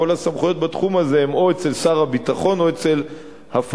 כל הסמכויות בתחום הזה הן או אצל שר הביטחון או אצל הפלסטינים.